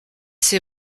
ses